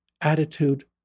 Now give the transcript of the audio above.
attitude